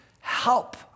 Help